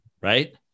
right